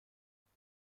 دختر